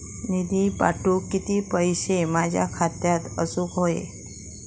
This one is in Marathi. निधी पाठवुक किती पैशे माझ्या खात्यात असुक व्हाये?